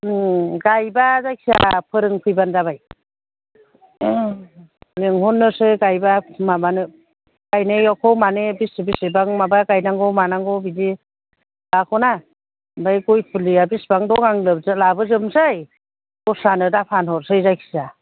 उम गायबा जायखि जाया फोरोंफैबानो जाबाय लेंहरनोसै गायबा माबानो गायनायाखौ माने बेसे बेसेबां माबा गायनांगौ मानांगौ बिदि थागौना ओमफाय गय फुलिया बेसेबां दं आं लाबोजोबसै दस्रानो दाफानहरसै जायखिया